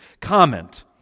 comment